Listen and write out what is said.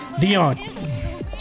Dion